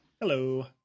Hello